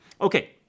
Okay